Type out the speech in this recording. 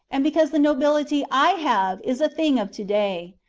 and because the nobility i have is a thing of to-day.